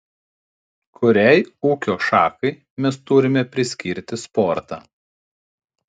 kuriai ūkio šakai mes turime priskirti sportą